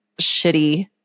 shitty